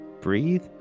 breathe